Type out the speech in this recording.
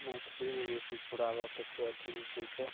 मैथिलीमे जे छै पूराबऽके छै अथी जे छै से